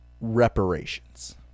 Reparations